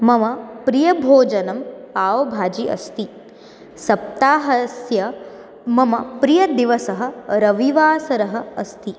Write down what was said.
मम प्रियभोजनम् पाव्भाजि अस्ति सप्ताहस्य मम प्रियदिवसः रविवासरः अस्ति